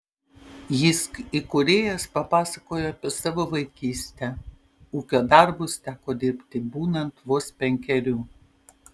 jysk įkūrėjas papasakojo apie savo vaikystę ūkio darbus teko dirbti būnant vos penkerių